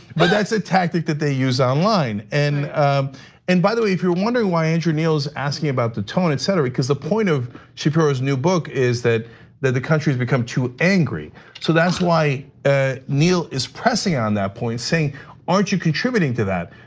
but that's a tactic that they use online. and and by the way, if you're wondering why andrew neil's asking about the tone, etc, is because the point of shapiro's new book is that that the country's become too angry so that's why ah neil is pressing on that point, saying aren't you contributing to that?